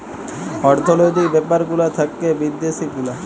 অর্থলৈতিক ব্যাপার গুলা থাক্যে বিদ্যাসি গুলা